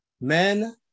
Men